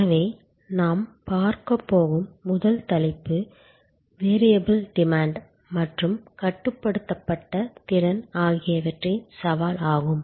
எனவே நாம் பார்க்கப்போகும் முதல் தலைப்பு வேறியபில் டிமாண்ட் மற்றும் கட்டுப்படுத்தப்பட்ட திறன் ஆகியவற்றின் சவால் ஆகும்